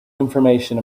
information